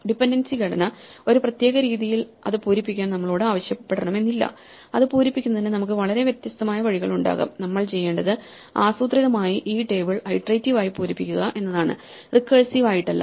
dependency ഘടന ഒരു പ്രത്യേക രീതിയിൽ അത് പൂരിപ്പിക്കാൻ നമ്മളോട് ആവശ്യപ്പെടണമെന്നില്ല അത് പൂരിപ്പിക്കുന്നതിന് നമുക്ക് വളരെ വ്യത്യസ്തമായ വഴികളുണ്ടാകാം നമ്മൾ ചെയ്യേണ്ടത് ആസൂത്രിതമായി ഈ ടേബിൾ ഐട്രേറ്റിവ് ആയി പൂരിപ്പിക്കുക എന്നതാണ് റിക്കേഴ്സീവ് ആയിട്ടല്ല